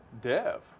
Dev